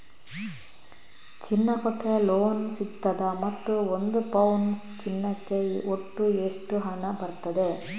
ಚಿನ್ನ ಕೊಟ್ರೆ ಲೋನ್ ಸಿಗ್ತದಾ ಮತ್ತು ಒಂದು ಪೌನು ಚಿನ್ನಕ್ಕೆ ಒಟ್ಟು ಎಷ್ಟು ಹಣ ಬರ್ತದೆ?